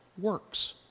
works